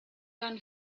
gun